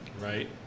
Right